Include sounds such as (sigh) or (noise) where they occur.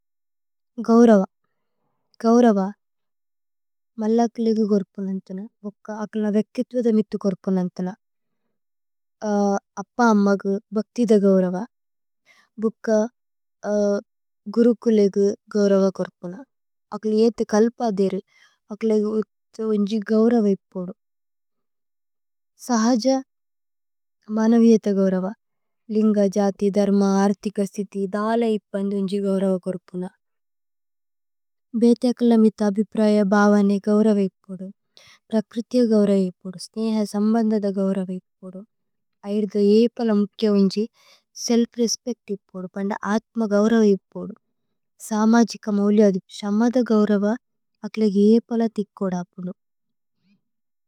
ഗൌരവ ഗൌരവ മല്ലകുലേഗേ ഗൌര്പുന ഭുക്ക അക്കല। വേക്തിത്വദ മിതു ഗൌര്പുന (hesitation) അപ്പ അമ്മഗു। ബക്തിദ ഗൌരവ ഭുക്ക (hesitation) ഗുരുകുലേഗേ। ഗൌരവ ഗൌര്പുന അക്കല യേത കല്പ ധേരു അക്കല। യേത ഉന്ജി ഗൌരവ ഇപ്പോദു സഹജ മനവിയേത ഗൌരവ। ലിന്ഗ, ജതി, ധര്മ, ആര്തിക, സിതി, ധല ഇപ്പന്ദ। ഉന്ജി ഗൌരവ ഗൌര്പുന ഭേതി അക്കല മിതു അബിപ്രയ। ഭവനേ ഗൌരവ ഇപ്പോദു പ്രക്രിതിയ ഗൌരവ ഇപ്പോദു। സ്നേഹ സമ്ബന്ദദ ഗൌരവ ഇപ്പോദു ഐരുദ യേ പല। ഉന്ജി സേല്ഫ് രേസ്പേച്ത് ഇപ്പോദു പന്ന ആത്മ ഗൌരവ। ഇപ്പോദു സമജിക മൌലിയദിപ് ശമദ ഗൌരവ। അക്കലേഗേ യേ പല തിക്കോദ ഇപ്പോദു।